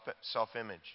self-image